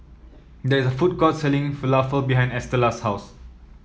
there is a food court selling Falafel behind Estella's house